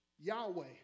Yahweh